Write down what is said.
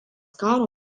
karo